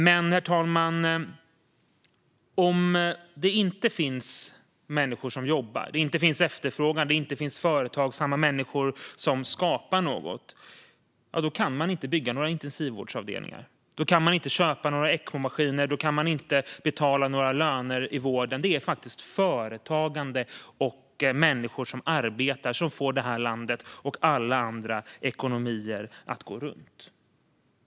Men, herr talman, om det inte finns människor som jobbar, om det inte finns efterfrågan eller om det inte finns företagsamma människor som skapar något kan man inte bygga några intensivvårdsavdelningar. Då kan man inte köpa några ECMO-maskiner. Då kan man inte betala några löner i vården. Det är företagande och människor som arbetar som får detta land och alla andra ekonomier att gå runt.